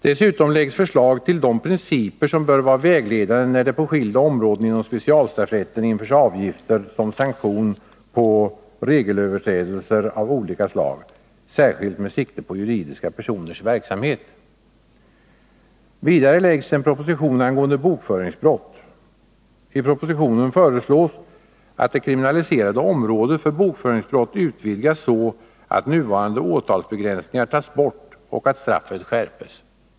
Dessutom läggs det fram förslag beträffande de principer som bör vara vägledande när det på skilda områden inom specialstraffrätten införs avgifter som sanktion mot regelöverträdelser av olika slag, särskilt med sikte på juridiska personers verksamhet. Vidare läggs det fram en proposition angående bokföringsbrott. I propositionen föreslås att det kriminaliserade området för bokföringsbrott utvidgas så, att nuvarande åtalsbegränsningar tas bort och att straffet skärps.